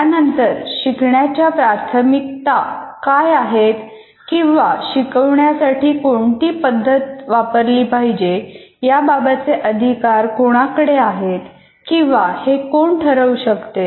त्यानंतर शिकण्याच्या प्राथमिकता काय आहेत किंवा शिकवण्यासाठी कोणत्या पद्धती वापरल्या जातात याबाबतचे अधिकार कोणाकडे आहेत किंवा हे कोण ठरवू शकते